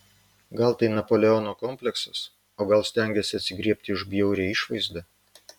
gal tai napoleono kompleksas o gal stengiasi atsigriebti už bjaurią išvaizdą